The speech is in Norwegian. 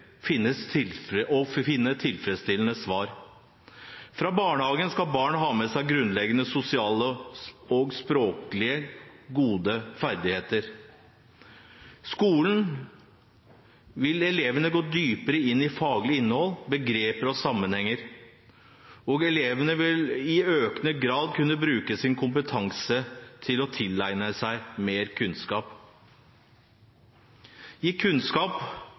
mer avanserte problemer og finne tilfredsstillende svar. Fra barnehagen skal barn ha med seg grunnleggende, gode sosiale og språklige ferdigheter. På skolen vil elevene gå dypere inn i faglig innhold, begreper og sammenhenger, og elevene vil i økende grad kunne bruke sin kompetanse til å tilegne seg mer kunnskap. Gitt kunnskap